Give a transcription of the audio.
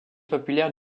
populaires